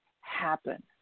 happen